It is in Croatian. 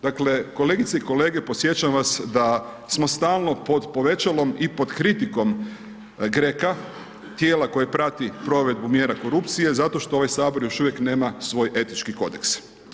Dakle, kolegice i kolege podsjećam vas da smo stalno pod povećalom i pod kritikom GREKA, tijela koje prati provedbu mjera korupcije, zato što ovaj Sabor još uvijek nema svoj etički kodeks.